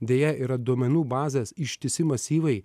deja yra duomenų bazės ištisi masyvai